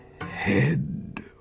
Head